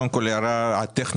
קודם כל, הערה טכנית.